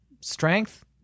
strength